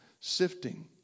sifting